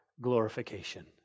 glorification